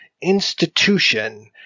institution